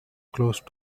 close